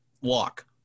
walk